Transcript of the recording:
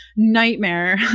nightmare